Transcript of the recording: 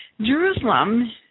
Jerusalem